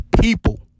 people